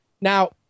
Now